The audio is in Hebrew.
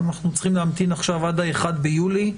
אנחנו צריכים להמתין עכשיו עד ה-1 ביולי?